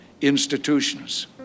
institutions